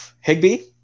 Higby